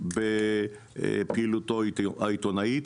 בפעילותו העיתונאית.